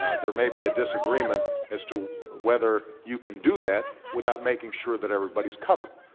there may be a disagreement as to whether you can do that without making sure that everybody is covered,